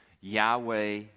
Yahweh